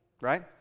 right